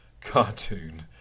cartoon